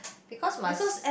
because must